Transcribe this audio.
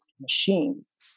machines